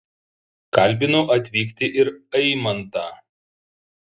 kalbinau atvykti ir aimantą